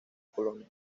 colonia